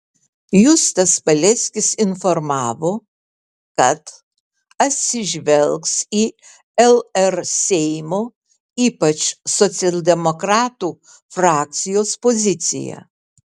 justas paleckis informavo kad atsižvelgs į lr seimo ypač socialdemokratų frakcijos poziciją